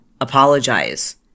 apologize